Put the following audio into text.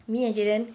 me and jaden